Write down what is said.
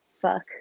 fuck